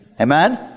Amen